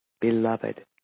Beloved